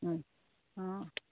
অঁ